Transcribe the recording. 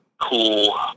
cool